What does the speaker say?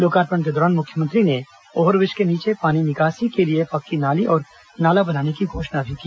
लोकार्पण के दौरान मुख्यमंत्री ने ओव्हरब्रिज के नीचे पानी निकासी के लिए पक्की नाली और नाला बनाने की घोषणा भी की